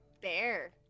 bear